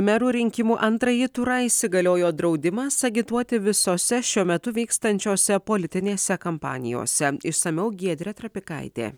merų rinkimų antrąjį turą įsigaliojo draudimas agituoti visose šiuo metu vykstančiose politinėse kampanijose išsamiau giedrė trapikaitė